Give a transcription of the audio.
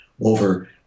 over